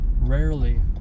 rarely